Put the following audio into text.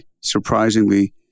surprisingly